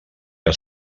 que